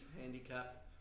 handicap